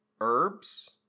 herbs